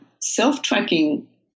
self-tracking